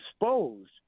exposed